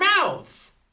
mouths